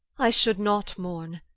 i should not mourne,